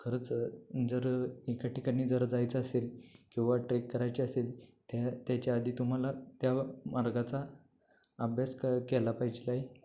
खरंच जर एका ठिकाणी जर जायचं असेल किंवा ट्रेक करायची असेल त्या त्याच्या आधी तुम्हाला त्या मार्गाचा अभ्यास क केला पाहिजे काही